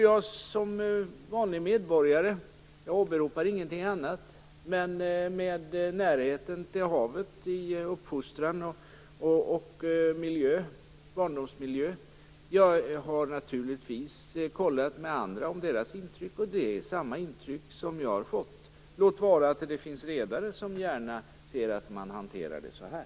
Jag har levt med närheten till havet i uppfostran och barndomsmiljö, och jag har som vanlig medborgare - jag åberopar ingenting annat - kollat med andra om deras intryck, och de har fått samma intryck som jag har fått, låt vara att det finns redare som gärna ser att man hanterar det så här.